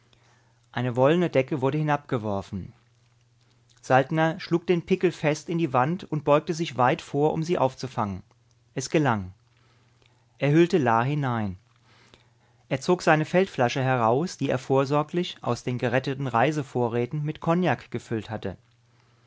eine wollene decke wurde hinabgeworfen saltner schlug den pickel fest in die wand und beugte sich weit vor um sie aufzufangen es gelang er hüllte la hinein er zog seine feldflasche heraus die er vorsorglich aus den geretteten reisevorräten mit kognak gefüllt hatte